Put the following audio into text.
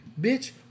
Bitch